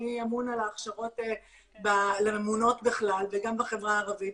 מי אמון על ההכשרות לממונות בכלל וגם בחברה הערבית.